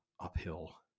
uphill